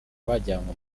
bajyanywe